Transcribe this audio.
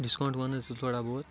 discount وَن حٕظ ژٕ تھوڑا بہت